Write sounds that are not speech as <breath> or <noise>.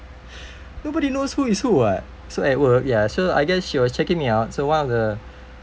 <breath> nobody knows who is who [what] so at work ya so I guess she was checking me out so one of the